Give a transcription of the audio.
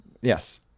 Yes